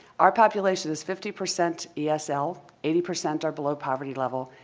our population is fifty percent esl. eighty percent are below poverty level.